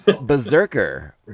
Berserker